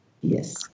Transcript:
Yes